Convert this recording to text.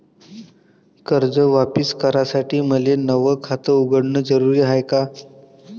कर्ज वापिस करासाठी मले नव खात उघडन जरुरी हाय का?